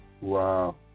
Wow